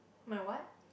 my what